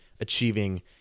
achieving